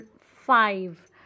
five